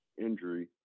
injury